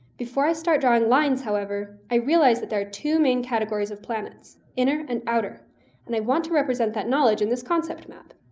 before i start drawing lines, however, i realize that there two main categories of planets inner and outer and i want to represent that knowledge in this concept map.